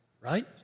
right